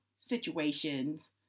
situations